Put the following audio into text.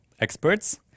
experts